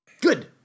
good